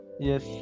Yes